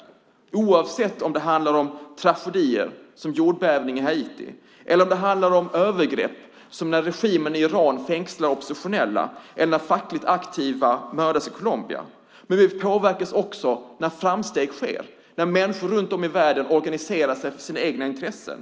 Det gäller oavsett om det handlar om tragedier som jordbävningen på Haiti, övergrepp som när regimen i Iran fängslar oppositionella eller när fackligt aktiva mördas i Colombia. Men vi påverkas också när framsteg sker och människor runt om i världen organiserar sig för sina egna intressen.